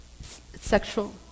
Sexual